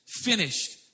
finished